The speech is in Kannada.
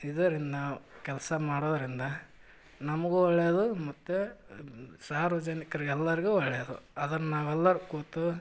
ಇದರಿಂದ ನಾವು ಕೆಲಸ ಮಾಡೋದರಿಂದ ನಮಗೂ ಒಳ್ಳೆಯದು ಮತ್ತು ಸಾರ್ವಜನಿಕ್ರಿಗೆ ಎಲ್ಲರಿಗೂ ಒಳ್ಳೆಯದು ಅದನ್ನು ನಾವೆಲ್ಲರೂ ಕೂತು